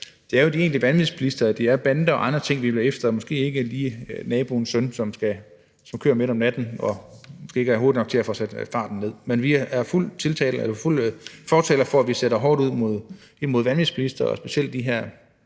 det er jo de egentlige vanvidsbilister, bander og andre, vi vil være efter og måske ikke lige naboens søn, som kører midt om natten og måske ikke er hurtig nok til at få sat farten ned. Men vi er fuldt ud fortalere for, at vi sætter hårdt ind over for vanvidsbilister og specielt i